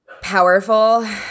powerful